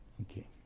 Okay